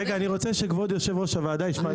רגע, אני רוצה שכבוד יושב ראש הוועדה ישמע.